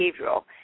behavioral